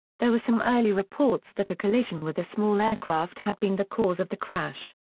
there were some early reports that a collision with a small aircraft had been the cause of the crash.